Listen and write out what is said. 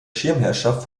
schirmherrschaft